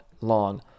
long